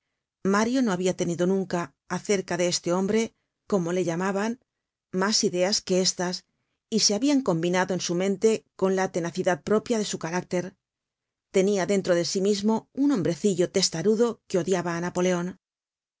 mario no habia tenido nunca acerca de este hombrecomo le llamaban mas ideas que estas y se habian combinado en su mente con la tenacidad propia de su carácter tenia dentro de sí mismo un hombrecillo testarudo que odiaba á napoleon